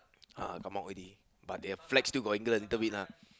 uh come out already but their flag still got England little bit lah